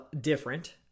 different